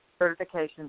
certifications